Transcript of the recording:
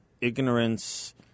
ignorance